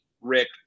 Rick